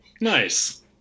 Nice